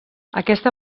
aquesta